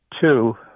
two